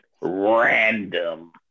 random